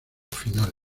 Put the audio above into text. final